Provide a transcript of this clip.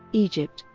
egypt,